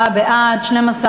34 בעד, 12 מתנגדים.